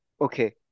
okay